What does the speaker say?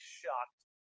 shocked